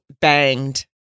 banged